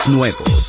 Nuevos